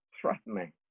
threatening